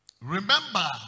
Remember